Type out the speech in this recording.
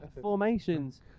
formations